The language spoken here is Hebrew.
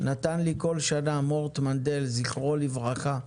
Mindsetנתן לי כל שנה, מורט מנדל, זכרו לברכה,